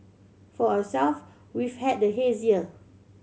for ourselves we've had the haze year